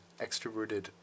extroverted